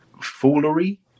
foolery